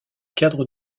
cadre